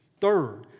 Third